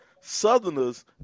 Southerners